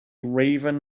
raven